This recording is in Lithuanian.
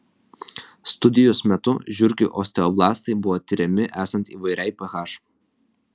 studijos metu žiurkių osteoblastai buvo tiriami esant įvairiai ph